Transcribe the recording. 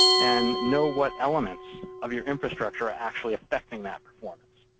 and know what elements of your infrastructure are actually affecting that performance.